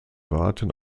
warten